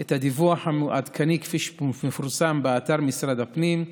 את הדיווח העדכני כפי שהוא מפורסם באתר משרד הפנים,